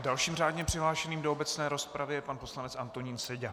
Dalším řádně přihlášeným do obecné rozpravy je pan poslanec Antonín Seďa.